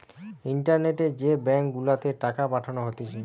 ইন্টারনেটে যে ব্যাঙ্ক গুলাতে টাকা পাঠানো হতিছে